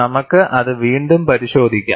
നമുക്ക് അത് വീണ്ടും പരിശോധിക്കാം